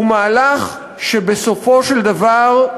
בסופו של דבר,